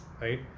right